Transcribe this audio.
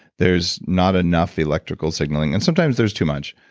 there's not enough electrical signaling and sometimes there's too much.